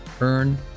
Earn